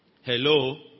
Hello